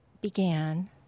began